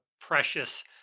precious